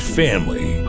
family